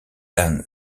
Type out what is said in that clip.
then